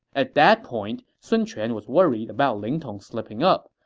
at that point, sun quan was worried about ling tong slipping up,